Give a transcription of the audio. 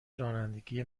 رانندگی